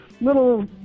little